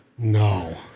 No